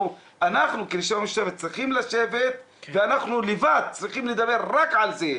אנחנו צריכים לשבת ואנחנו לבד צריכים לדבר רק על זה.